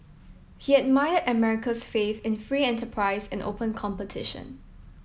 he admired America's faith in free enterprise and open competition